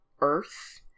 earth